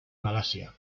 malasia